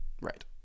right